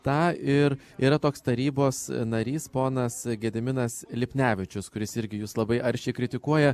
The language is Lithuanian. tą ir yra toks tarybos narys ponas gediminas lipnevičius kuris irgi jus labai aršiai kritikuoja